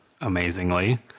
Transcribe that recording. amazingly